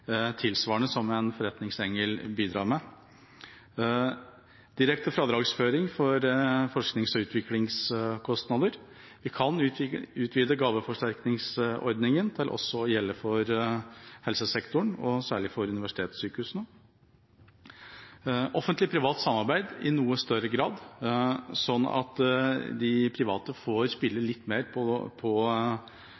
tilsvarende som en forretningsengel bidrar med. Direkte fradragsføring for forsknings- og utviklingskostnader er et virkemiddel. Vi kan utvide gaveforsterkningsordningen til også å gjelde for helsesektoren, særlig for universitetssykehusene. Offentlig–privat samarbeid i noe større grad, sånn at de private får